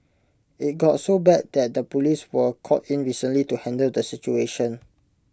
IT got so bad that the Police were called in recently to handle the situation